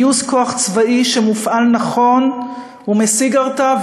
גיוס כוח צבאי שמופעל נכון משיג הרתעה,